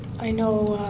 i know,